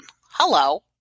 Hello